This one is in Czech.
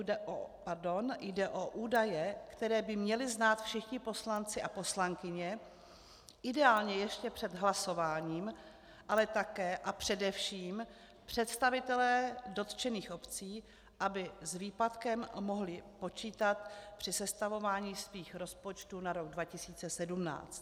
Jde o údaje, které by měli znát všichni poslanci a poslankyně, ideálně ještě před hlasováním, ale také a především představitelé dotčených obcí, aby s výpadkem mohli počítat při sestavování svých rozpočtů na rok 2017.